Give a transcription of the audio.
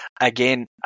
again